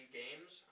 games